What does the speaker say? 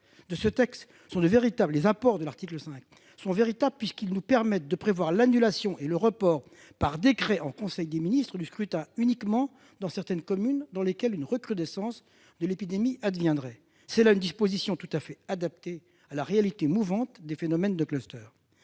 collègues, les apports de l'article 5 de ce texte sont véritables, puisqu'ils permettent de prévoir l'annulation et le report par décret en conseil des ministres du scrutin uniquement dans certaines communes dans lesquelles une recrudescence de l'épidémie adviendrait. C'est là une disposition tout à fait adaptée à la réalité mouvante des phénomènes de clusters.